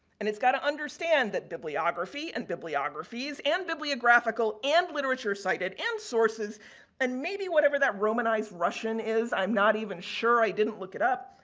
and, it's got to understand that bibliography and bibliographies and bibliographical and literature cited and sources and maybe whatever that romanized russian is. i'm not even sure i didn't look it up.